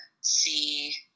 see